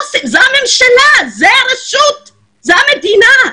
זאת הממשלה, זאת הרשות, זאת המדינה.